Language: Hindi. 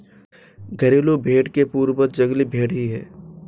घरेलू भेंड़ के पूर्वज जंगली भेंड़ ही है